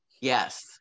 Yes